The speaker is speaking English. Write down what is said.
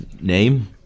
Name